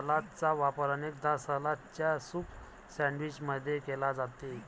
सलादचा वापर अनेकदा सलादच्या सूप सैंडविच मध्ये केला जाते